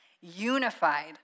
unified